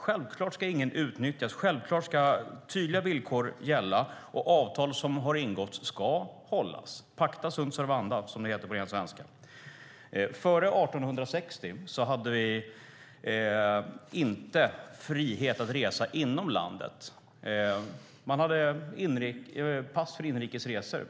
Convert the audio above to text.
Självklart ska ingen utnyttjas och självklart ska tydliga villkor gälla. Avtal som har ingåtts ska hållas. Pacta sunt servanda, som det heter på ren svenska. Före 1860 var vi inte fria att resa inom landet. Man hade passtvång för inrikes resor.